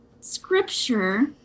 scripture